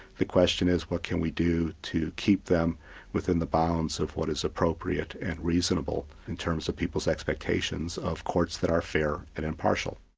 the question is what can we do to keep them within the bounds of what is appropriate and reasonable in terms of people's expectations of courts that are fair and impartial.